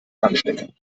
anstecken